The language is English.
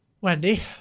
Wendy